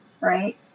right